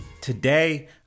Today